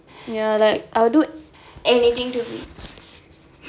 ya like I'll do anything to be